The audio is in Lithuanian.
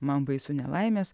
man baisu nelaimės